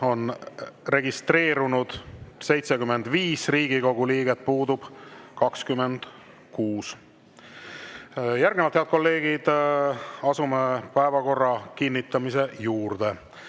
on registreerunud 75 Riigikogu liiget, puudub 26. Järgnevalt, head kolleegid, asume päevakorra kinnitamise juurde.